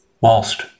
Whilst